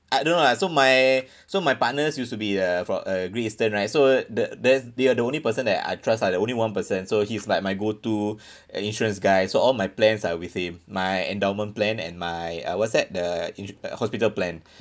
I don't know lah so my so my partners used to be a for uh Great Eastern right so the there's they are the only person that I trust ah the only one person so he's like my go to an insurance guy so all my plans are with him my endowment plan and my uh what's that the insu~ uh hospital plan